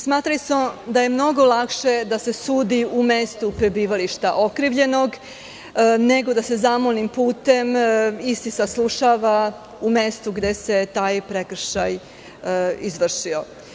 Smatrali smo da je mnogo lakše da se sudi u mestu prebivališta okrivljenog, nego da se zamolnim putem isti saslušava u mestu gde se taj prekršaj izvršio.